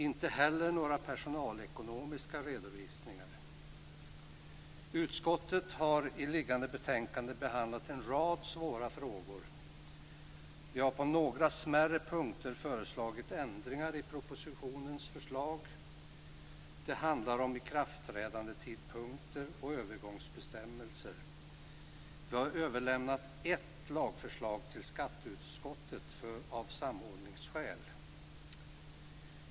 Inte heller gäller det några personalekonomiska redovisningar. Utskottet har i föreliggande betänkande behandlat en rad svåra frågor. Vi har på några smärre punkter föreslagit ändringar i propositionens förslag. Det handlar om ikraftträdandetidpunkter och övergångsbestämmelser. Vi har överlämnat ett lagförslag till skatteutskottet av samordningsskäl.